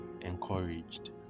encouraged